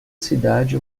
cidade